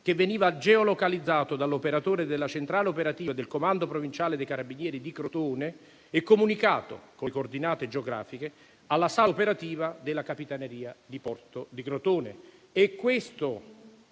che veniva geolocalizzato dall'operatore della centrale operativa del comando provinciale dei Carabinieri di Crotone e comunicato, con le coordinate geografiche, alla sala operativa della capitaneria di porto di Crotone.